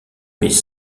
mais